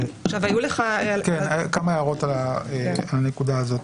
כמה הערות לנקודה הזאת,